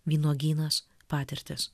vynuogynas patirtys